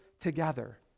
together